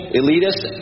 elitist